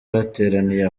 bateraniye